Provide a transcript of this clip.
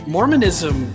Mormonism